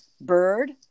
bird